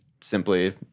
simply